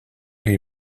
lui